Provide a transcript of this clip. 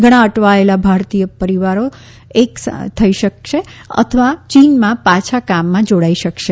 ઘણા અટવાયેલા ભારતીયો તેમના પરિવાર સાથે એક થઈ શકશે અથવા ચીનમાં પાછા કામમાં જોડાઈ શકશે